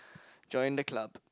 join the club